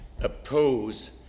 oppose